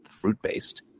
fruit-based